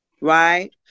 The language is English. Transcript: Right